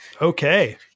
Okay